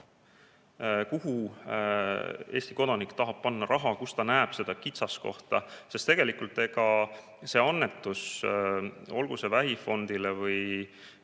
Kuhu Eesti kodanik tahab panna raha, kus ta näeb kitsaskohta? Sest tegelikult see annetus, olgu vähifondile või